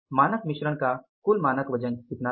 मानक मिश्रण का कुल मानक वजन कितना था